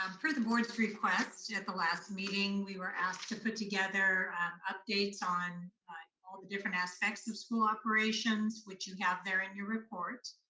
um per the board's request yeah at the last meeting, we were asked to put together updates on all the different aspects of school operations, which you have there in your report,